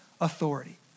authority